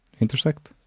intersect